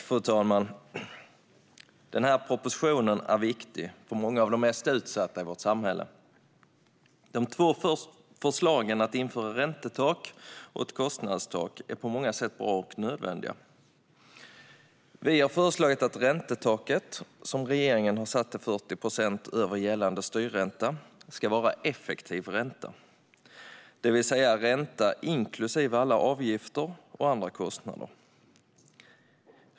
Fru talman! Den här propositionen är viktig för många av de mest utsatta i vårt samhälle. De två förslagen om att införa ett räntetak och ett kostnadstak är på många sätt bra och nödvändiga. Vi har föreslagit att räntetaket som regeringen satt till 40 procent över gällande styrränta ska vara effektiv ränta, det vill säga ränta inklusive alla avgifter och andra kostnader.